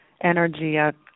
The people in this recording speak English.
energy